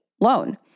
loan